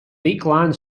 lakeland